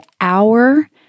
hour